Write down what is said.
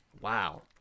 wow